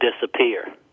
disappear